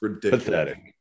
pathetic